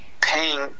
paying